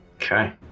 Okay